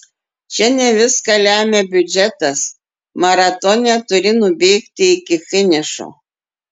čia ne viską lemia biudžetas maratone turi nubėgti iki finišo